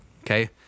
Okay